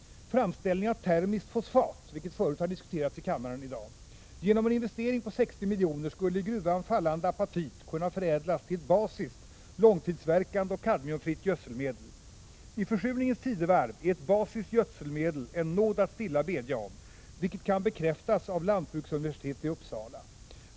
Framställning av termiskt fosfat, vilket har diskuterats i kammaren tidigare i dag. Genom en investering på 60 miljoner skulle i gruvan fallande apatit kunna förädlas till ett basiskt, långtidsverkande och kadmiumfritt gödselmedel. I försurningens tidevarv är ett basiskt gödselmedel en nåd att stilla bedja om, det kan bekräftas av lantbruksuniversitetet i Uppsala.